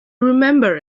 remember